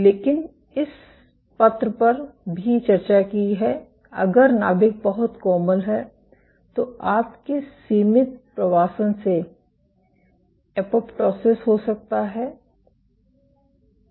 लेकिन हमने इस पत्र पर भी चर्चा की है अगर नाभिक बहुत कोमल है तो आपके सीमित प्रवासन से एपोप्टोसिस हो सकता है